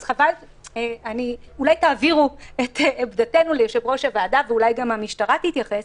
אולי תעבירו את עמדתנו ליושב-ראש הוועדה ואולי גם המשטרה תתייחס.